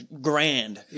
grand